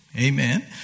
Amen